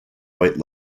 white